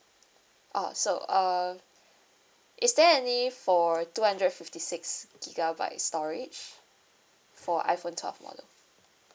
oh so uh is there any for two hundred fifty six gigabyte storage for iphone twelve model